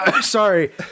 sorry